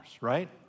right